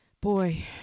Boy